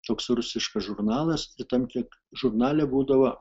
toks rusiškas žurnalas tai ten kiek žurnale būdavo